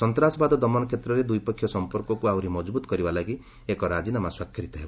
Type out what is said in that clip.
ସନ୍ତାସବାଦ ଦମନ କ୍ଷେତ୍ରରେ ଦ୍ୱିପକ୍ଷିୟ ସଂପର୍କକୁ ଆହୁରି ମଜବୁତ କରିବା ଲାଗି ଏକ ରାଜିନାମା ସ୍ୱାକ୍ଷରିତ ହେବ